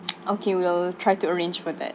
okay we'll try to arrange for that